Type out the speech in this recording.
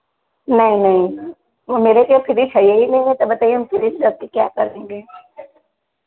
नहीं नहीं वह मेरा क्या फिरिज है ही नहीं तो बताइये हम फिरिज रख कर क्या करेंगे